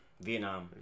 Vietnam